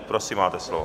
Prosím, máte slovo.